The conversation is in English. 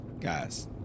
guys